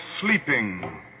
sleeping